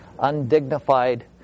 undignified